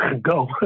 Go